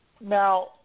Now